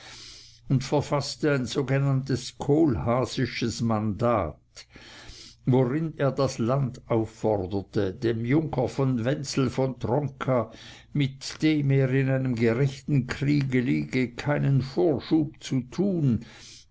und verfaßte ein sogenanntes kohlhaasisches man dat worin er das land aufforderte dem junker wenzel von tronka mit dem er in einem gerechten krieg liege keinen vorschub zu tun